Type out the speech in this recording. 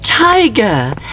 Tiger